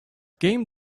game